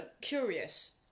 curious